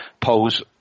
pose